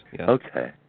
Okay